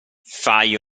fai